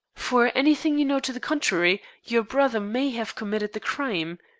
for anything you know to the contrary, your brother may have committed the crime.